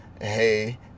hey